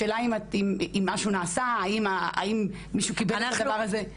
השאלה אם משהו נעשה, האם מישהו קיבל את הדבר הזה.